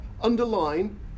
underline